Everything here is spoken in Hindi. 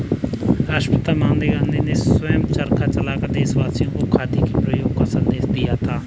राष्ट्रपिता महात्मा गांधी ने स्वयं चरखा चलाकर देशवासियों को खादी के प्रयोग का संदेश दिया